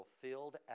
fulfilled